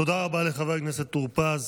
תודה רבה לחבר הכנסת טור פז.